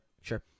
sure